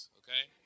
okay